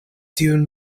tiun